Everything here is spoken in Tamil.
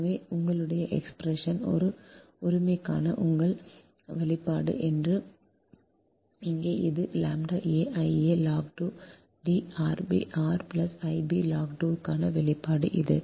எனவே எங்களுடைய expression ஒரு உரிமைக்கான உங்கள் வெளிப்பாடு எங்கே இது ʎa I a log 2 D r I b log 2 க்கான வெளிப்பாடு இது